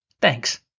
Thanks